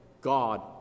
God